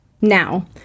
Now